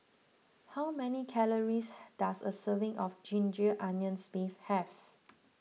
how many calories does a serving of Ginger Onions Beef have